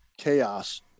chaos